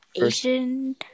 Asian